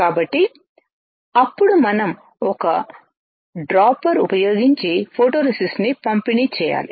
కాబట్టి అప్పుడు మనం ఒక డ్రాపర్ ఉపయోగించి ఫోటోరెసిస్ట్ను పంపిణీ చేయాలి